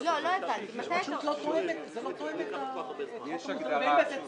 זה פשוט לא תואם וגם אין בזה צורך.